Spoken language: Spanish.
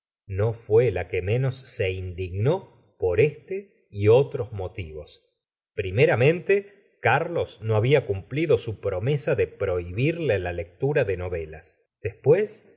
no fué la que menos se indignó por este y otros motivos primeramente carlos no había cumplido su promesa de prohibirle la lectura de novelas después